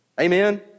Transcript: Amen